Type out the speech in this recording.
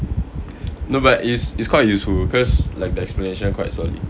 no but is is quite useful cause like the explanation quite solid